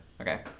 Okay